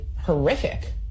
horrific